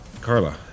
Carla